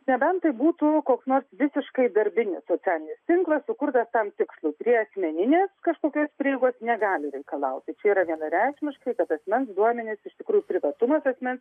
nebent tai būtų koks nors visiškai darbinis socialinis tinklas sukurtas tam tikslui prie asmeninės kažkokios prieigos negali reikalauti čia yra vienareikšmiškai kad asmens duomenys iš tikrųjų privatumas asmens